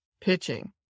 pitching